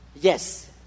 Yes